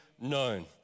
known